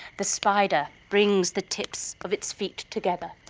the spider brings the tips of its feet together,